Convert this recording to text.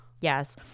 Yes